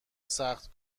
سخت